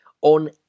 On